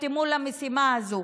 שנרתמו למשימה הזאת,